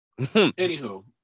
anywho